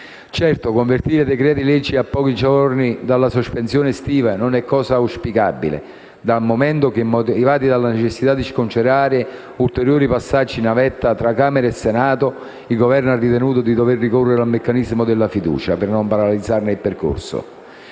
Certo, convertire decreti-legge a pochi giorni dalla sospensione estiva non è cosa auspicabile, dal momento che, motivato dalla necessità di scongiurare ulteriori passaggi navetta tra Camera dei deputati e Senato, il Governo ha ritenuto di dover ricorrere al meccanismo della fiducia per non paralizzare il percorso.